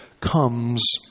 comes